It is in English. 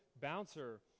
bouncer